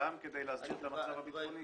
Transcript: כדי להסדיר את המצב הביטחוני?